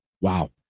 Wow